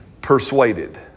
persuaded